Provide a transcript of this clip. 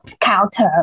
counter